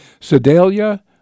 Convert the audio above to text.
Sedalia